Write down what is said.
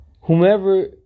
Whomever